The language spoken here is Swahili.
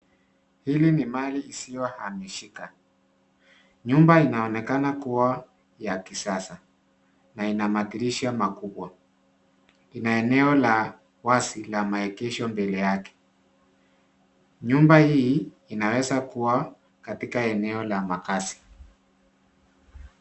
Hili ni mali isiyo hamishika. Nyumba inaonekana kuwa ya kisasa na ina madirisha makubwa. Ina eneo la wazi la maegesho mbele yake. Nyumba hii inaweza kuwa katika eneo la makazi.